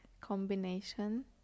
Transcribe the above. combination